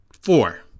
Four